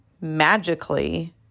magically